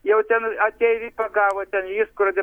jau ten ateivį pagavo ten jį skrodė